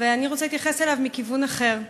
ואני רוצה להתייחס אליו מכיוון אחר.